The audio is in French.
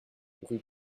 rue